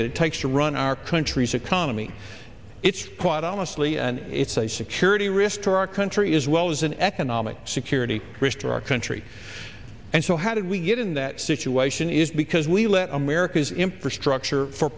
that it takes to run our country's economy it's quite honestly and it's a security risk to our country is well as an economic security risk for our country and so how did we get in that situation is because we let america's infrastructure for